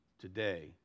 today